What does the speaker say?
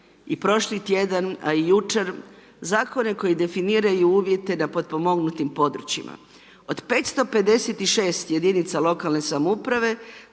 i prošli tjedan a i jučer zakone koji definiraju uvjete na potpomognutim područjima. Od 556 jedinica lokalne samouprave,